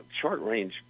Short-range